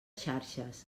xarxes